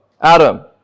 Adam